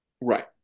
Right